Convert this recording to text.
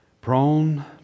Prone